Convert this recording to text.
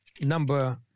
number